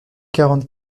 quarante